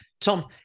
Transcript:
Tom